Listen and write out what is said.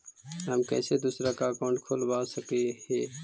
हम कैसे दूसरा का अकाउंट खोलबा सकी ही?